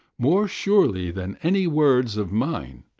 more surely than any words of mine,